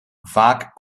vaak